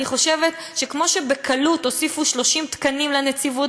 אני חושבת שכמו שבקלות הוסיפו 30 תקנים לנציבות,